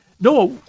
Noah